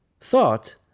thought